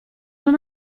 non